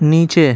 نیچے